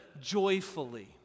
joyfully